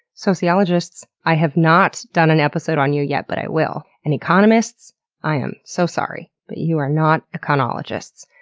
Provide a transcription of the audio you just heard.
sociologists i have not done an episode on you yet but i will. and economists i am so sorry, but you are not econologists.